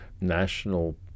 national